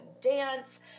dance